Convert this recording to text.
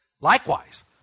Likewise